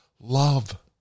love